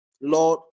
Lord